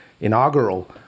inaugural